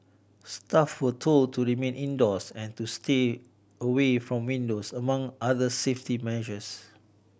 staff were told to remain indoors and to stay away from windows among other safety measures